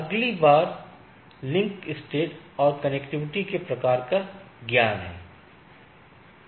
अगली बात link state और कनेक्टिविटी के प्रकार का ज्ञान है